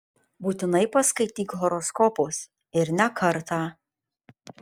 būtinai paskaityk horoskopus ir ne kartą